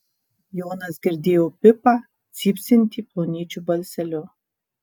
jonas girdėjo pipą cypsintį plonyčiu balseliu